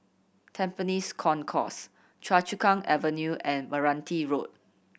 Tampines Concourse Choa Chu Kang Avenue and Meranti Road